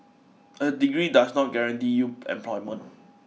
a degree does not guarantee you employment